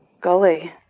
Golly